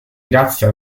grazia